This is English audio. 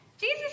Jesus